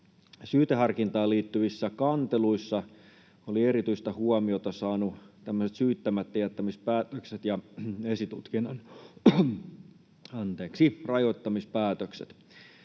Syyteharkintaan liittyvissä kanteluissa olivat erityistä huomiota saaneet tämmöiset syyttämättäjättämispäätökset ja esitutkinnan rajoittamispäätökset.